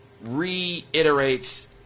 reiterates